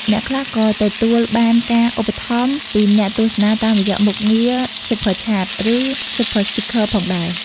អ្នកខ្លះក៏ទទួលបានការឧបត្ថម្ភពីអ្នកទស្សនាតាមរយៈមុខងារ Super Chat ឬ Super Stickers ផងដែរ។